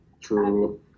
true